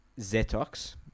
Zetox